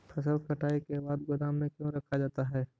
फसल कटाई के बाद गोदाम में क्यों रखा जाता है?